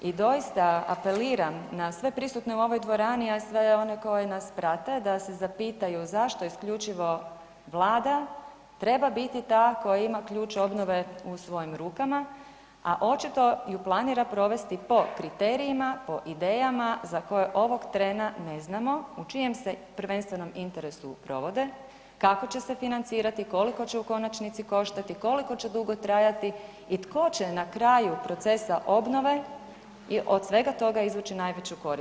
I doista, apeliram na sve prisutne u ovoj dvorani, a sve one koji nas prate, da se zapitaju zašto isključivo Vlada treba biti ta koja ima ključ obnove u svojim rukama, a očito ju planira provesti po kriterijima, po idejama, za koje ovog trena ne znamo u čijem se prvenstvenom interesu provode, kako će se financirati, koliko će u konačnici koštati, koliko će dugo trajati i tko će na kraju procesa obnove i od svega toga izvući najveću korist.